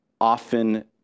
often